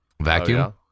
vacuum